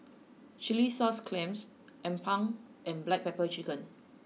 Chilli Sauce Clams Appam and Black Pepper Chicken